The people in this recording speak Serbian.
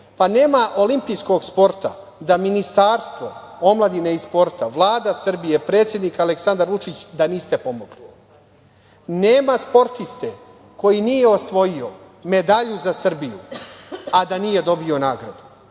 Nema olimpijskog sporta da Ministarstvo omladine i sporta, Vlada Srbije, predsednik Aleksandar Vučić, niste pomogli. Nema sportiste koji nije osvojio medalju za Srbiju, a da nije dobio nagradu